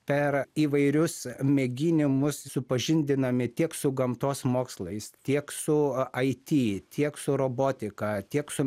per įvairius mėginimus supažindinami tiek su gamtos mokslais tiek su it tiek su robotika tiek su